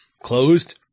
closed